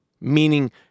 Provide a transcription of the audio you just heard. meaning